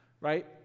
right